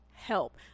help